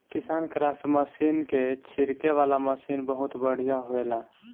KisanKraft machine के छिड़के वाला मशीन बहुत बढ़िया होएला